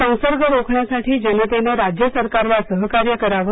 संसर्ग रोखण्यासाठी जनतेनं राज्य सरकारला सहकार्य करावं